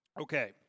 Okay